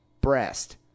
breast